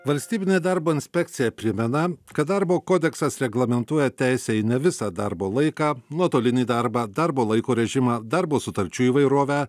valstybinė darbo inspekcija primena kad darbo kodeksas reglamentuoja teisę į visą darbo laiką nuotolinį darbą darbo laiko režimą darbo sutarčių įvairovę